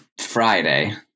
Friday